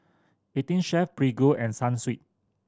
Eighteen Chef Prego and Sunsweet